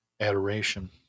Adoration